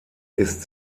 ist